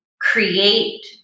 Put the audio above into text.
create